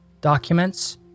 documents